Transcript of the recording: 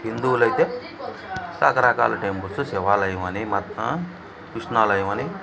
హిందువులైతే రకరకాలు టెంపుల్సు శివాలయమని కృష్ణాలయమని